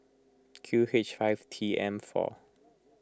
Q H five T M four